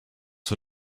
for